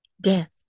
death